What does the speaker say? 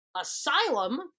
Asylum